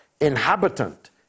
inhabitant